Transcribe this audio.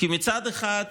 כי מצד אחד,